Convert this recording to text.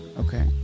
Okay